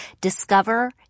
Discover